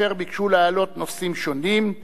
אשר ביקשו להעלות נושאים שונים.